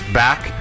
back